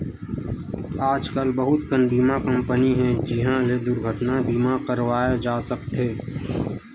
आजकल बहुत कन बीमा कंपनी हे जिंहा ले दुरघटना बीमा करवाए जा सकत हे